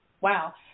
Wow